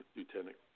Lieutenant